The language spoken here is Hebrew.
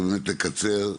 אני אקצר,